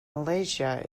malaysia